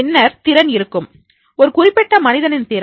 பின்னர் திறன் இருக்கும் ஒரு குறிப்பிட்ட மனிதனின் திறன்